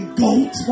goat